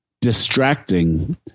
distracting